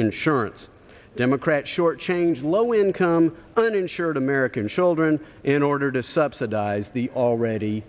insurance democrats shortchange low income uninsured american children in order to subsidize the already